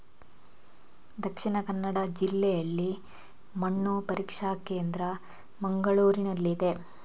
ದಕ್ಷಿಣ ಕನ್ನಡ ಜಿಲ್ಲೆಯಲ್ಲಿ ಮಣ್ಣು ಪರೀಕ್ಷಾ ಕೇಂದ್ರ ಎಲ್ಲಿದೆ?